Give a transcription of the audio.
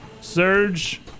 surge